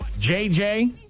JJ